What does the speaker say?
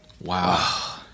Wow